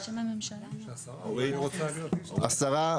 השרה,